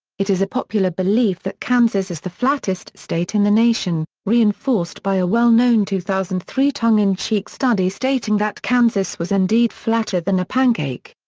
it is a popular belief that kansas is the flattest state in the nation, reinforced by a well known two thousand and three tongue-in-cheek study stating that kansas was indeed flatter than a pancake.